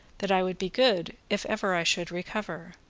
that i would be good if ever i should recover.